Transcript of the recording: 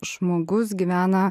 žmogus gyvena